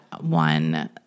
one